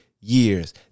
years